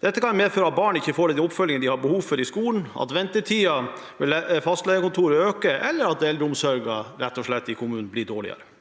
Dette kan medføre at barn ikke får den oppfølgingen de har behov for i skolen, at ventetiden ved fastlegekontorene øker, eller at eldreomsorgen i kommunen rett